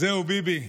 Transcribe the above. אז זהו, ביבי,